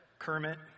kermit